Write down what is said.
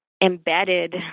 embedded